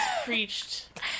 Preached